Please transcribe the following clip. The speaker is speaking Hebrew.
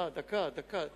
רק על השיטור העירוני.